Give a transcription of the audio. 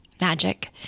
magic